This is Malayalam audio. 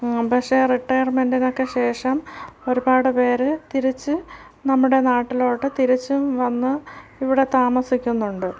പക്ഷെ റിട്ടയർമെൻ്റിനൊക്കെ ശേഷം ഒരുപാട് പേർ തിരിച്ച് നമ്മുടെ നാട്ടിലോട്ട് തിരിച്ചും വന്ന് ഇവിടെ താമസിക്കുന്നുണ്ട്